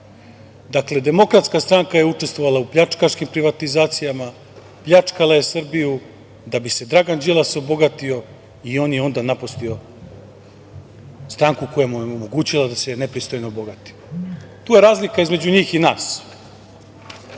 Dakle, DS je učestvovala u pljačkaškim privatizacijama, pljačkala je Srbiju da bi se Dragan Đilas obogatio i on je onda napustio stranku koja mu je omogućila da se nepristojno obogati. Tu je razlika između njih i